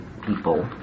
people